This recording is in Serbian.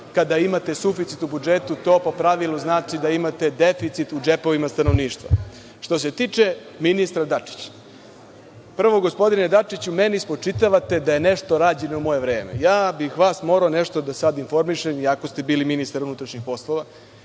kada imate suficit u budžetu to po pravilu znači da imate deficit u džepovima stanovništva? Što se tiče ministra Dačića, prvo, gospodine Dačiću, meni spočitavate da je nešto rađeno u moje vreme. Ja bih vas morao nešto da sada informišem, iako ste bili ministar unutrašnjih poslova.